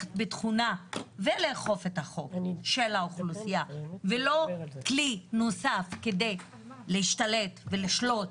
את ביטחונה ולאכוף את החוק של האוכלוסייה ולא כלי נוסף כדי להשתלט ולשלוט